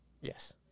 Yes